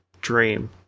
dream